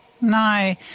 No